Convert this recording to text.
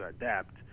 adapt